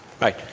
Right